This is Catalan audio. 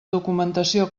documentació